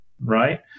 Right